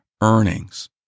earnings